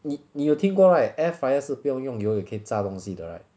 你你有听过 right air fryer 是不用用油也可以炸东西的 right